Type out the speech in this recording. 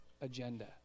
agenda